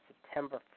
September